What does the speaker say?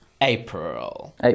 April